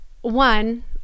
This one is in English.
one